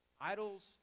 idols